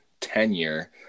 tenure